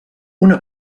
una